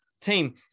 team